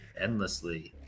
endlessly